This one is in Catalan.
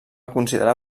considerar